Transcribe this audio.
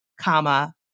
comma